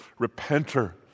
repenter